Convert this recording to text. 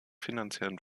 finanziellen